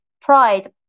pride